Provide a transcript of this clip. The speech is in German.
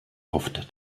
oft